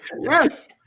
yes